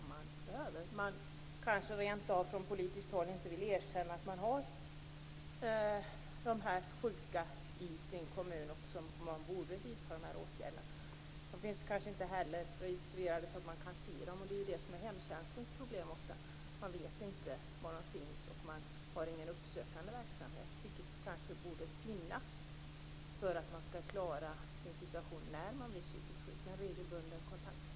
Man vill kanske rent av från politiskt håll inte erkänna att dessa sjuka finns i kommunen och att man borde vidta åtgärder. De finns kanske inte heller registrerade så att man kan se dem, och det är ofta det som är hemtjänstens problem. Man vet inte var de finns, och det finns ingen uppsökande verksamhet, vilket det kanske borde göra för att den som blir psykiskt sjuk skall klara sin situation. Det behövs en regelbunden kontakt.